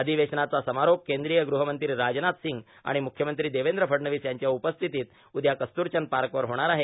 अर्धधवेशनाचा समारोप कद्रीय गृह मंत्री राजनाथ र्यासंग आर्ाण मुख्यमंत्री देवद्र फडणवीस यांच्या उपस्थिती उदया कस्तूरचंद पाकवर होणार आहे